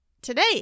today